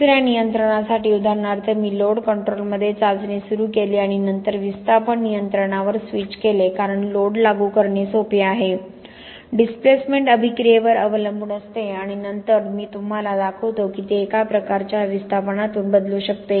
दुसर्या नियंत्रणासाठी उदाहरणार्थ मी लोड कंट्रोलमध्ये चाचणी सुरू केली आणि नंतर विस्थापन नियंत्रणावर स्विच केले कारण लोड लागू करणे सोपे आहे डीसप्लेसमेन्ट अभिक्रियेवर अवलंबून असते आणि नंतर मी तुम्हाला दाखवतो की ते एका प्रकारच्या विस्थापनातून बदलू शकते